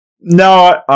No